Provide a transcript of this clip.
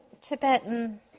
Tibetan